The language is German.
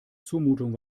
zumutung